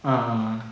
ah ah